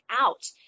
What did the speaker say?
out